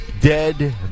dead